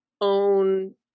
own